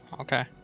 okay